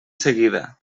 seguida